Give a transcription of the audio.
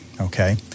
okay